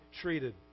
treated